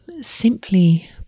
simply